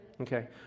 Okay